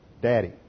Daddy